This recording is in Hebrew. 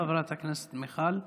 תודה, חברת הכנסת מיכל וולדיגר.